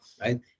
right